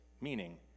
meaning